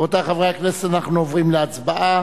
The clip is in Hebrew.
רבותי חברי הכנסת, אנחנו עוברים להצבעה.